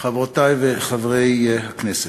חברותי וחברי חברי הכנסת,